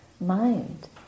mind